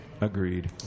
Agreed